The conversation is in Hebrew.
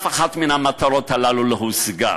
אף אחת מן המטרות האלה לא הושגה,